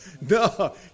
No